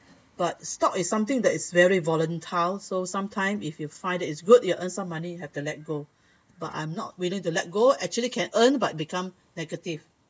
but stock is something that is very volatile so sometimes if you find it's good you earn some money have to let go but I was not willing to let go actually can earn but become negative